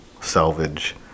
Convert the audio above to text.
salvage